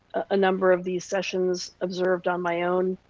a number of these sessions observed on my own,